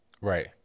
Right